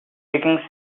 clicking